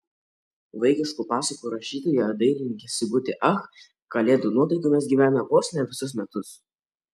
vaikiškų pasakų rašytoja ir dailininkė sigutė ach kalėdų nuotaikomis gyvena vos ne visus metus